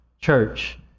church